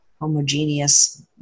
homogeneous